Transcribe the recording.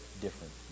different